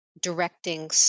directing